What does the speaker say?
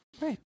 Right